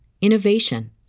innovation